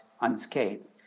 unscathed